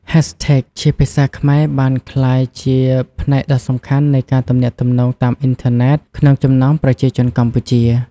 Hashtags ជាភាសាខ្មែរបានក្លាយជាផ្នែកដ៏សំខាន់នៃការទំនាក់ទំនងតាមអ៊ីនធឺណិតក្នុងចំណោមប្រជាជនកម្ពុជា។